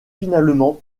finalement